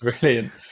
Brilliant